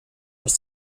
was